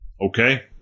Okay